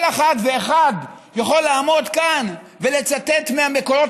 כל אחד ואחד יכול לעמוד כאן ולצטט מהמקורות